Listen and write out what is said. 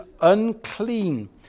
unclean